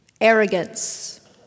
arrogance